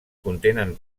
contenen